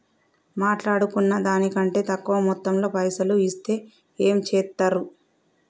మాట్లాడుకున్న దాని కంటే తక్కువ మొత్తంలో పైసలు ఇస్తే ఏం చేత్తరు?